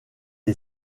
est